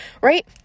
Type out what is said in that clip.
right